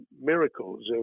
miracles